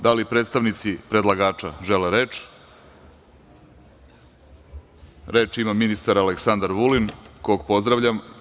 Da li predstavnici predlagača žele reč? (Da.) Reč ima ministar Aleksandar Vulin, kog pozdravljam.